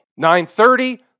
930